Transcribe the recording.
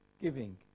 giving